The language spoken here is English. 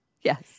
Yes